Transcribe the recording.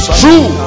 true